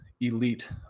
elite